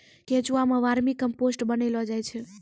केंचुआ सें vermicompost बनैलो जाय छै